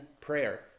prayer